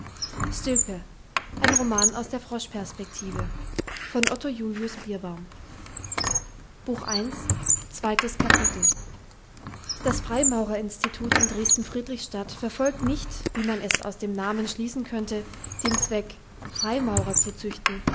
das freimaurerinstitut in dresden friedrichstadt verfolgt nicht wie man aus dem namen schließen könnte den zweck freimaurer zu züchten